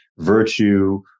virtue